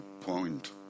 point